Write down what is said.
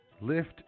lift